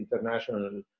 international